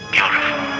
Beautiful